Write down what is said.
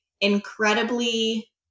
incredibly